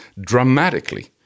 dramatically